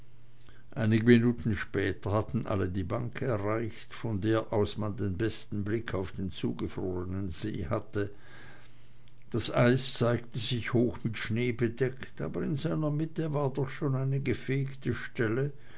einige minuten später hatten alle die bank erreicht von der aus man den besten blick auf den zugefrorenen see hatte das eis zeigte sich hoch mit schnee bedeckt aber in seiner mitte war doch schon eine gefegte stelle